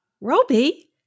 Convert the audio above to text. Roby